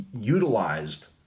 utilized